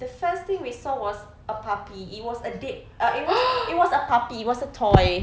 the first thing we saw was a puppy it was a dead uh it was it was a puppy it was a toy